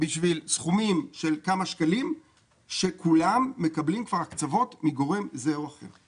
בשביל סכומים של כמה שקלים שכולם מקבלים כבר הקצבות מגורם כזה או אחר.